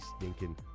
stinking